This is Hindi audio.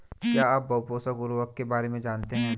क्या आप बहुपोषक उर्वरक के बारे में जानते हैं?